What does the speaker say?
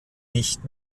nicht